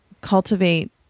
cultivate